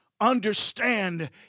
understand